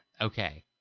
Okay